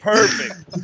Perfect